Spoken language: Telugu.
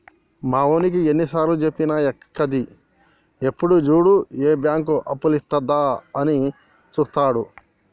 మావోనికి ఎన్నిసార్లుజెప్పినా ఎక్కది, ఎప్పుడు జూడు ఏ బాంకు అప్పులిత్తదా అని జూత్తడు